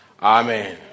Amen